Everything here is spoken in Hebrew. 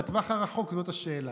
לטווח הרחוק זאת השאלה.